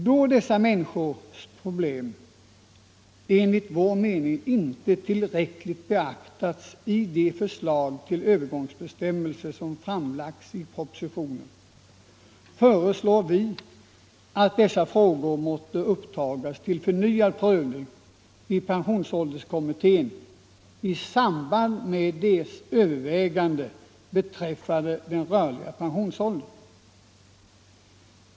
Då dessa människors problem enligt vår mening inte tillräckligt beaktas i de förslag till övergångsbestämmelser som framlagts i propositionen, föreslår vi att dessa frågor måtte upptas till förnyad prövning i pensionsålderskommittén i samband med dess övervägande beträffande den rörliga pensionsåldern.